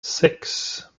six